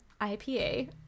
ipa